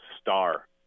star